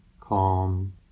calm